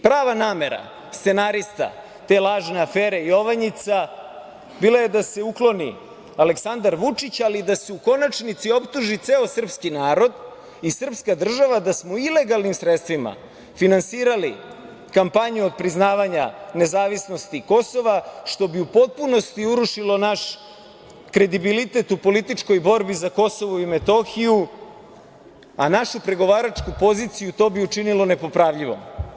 Prava namera scenarista te lažne afere „Jovanjica“ bila je da se ukloni Aleksandar Vučić, ali da se u konačnici optuži ceo srpski narod i srpska država da smo ilegalnim sredstvima finansirali kampanju otpriznavanja nezavisnosti Kosova, što bi u potpunosti urušilo naš kredibilitet u političkoj borbi za Kosovo i Metohiju, a našu pregovaračku poziciju to bi učinilo nepopravljivom.